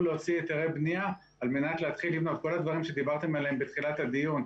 להוציא היתרי בנייה על מנת להתחיל עם הדברים שדיברתם עליהם בתחילת הדיון.